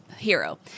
hero